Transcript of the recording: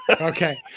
Okay